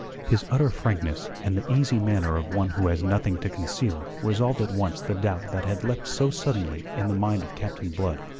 his utter frankness, and the easy manner of one who has nothing to conceal resolved at once the doubt that had leapt so suddenly in the mind of captain blood.